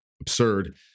absurd